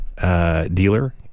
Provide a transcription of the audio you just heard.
dealer